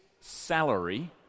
salary